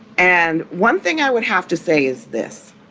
and one thing i would have to say is this.